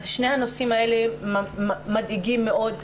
אז שני הנושאים האלה מדאיגים מאוד,